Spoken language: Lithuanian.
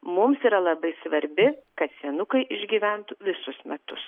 mums yra labai svarbi kad senukai išgyventų visus metus